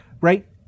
right